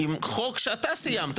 עם חוק שאתה סיימת,